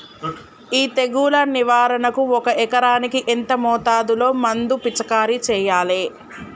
ఈ తెగులు నివారణకు ఒక ఎకరానికి ఎంత మోతాదులో మందు పిచికారీ చెయ్యాలే?